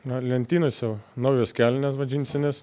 gal lentynose naujos kelnės va džinsinės